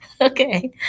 Okay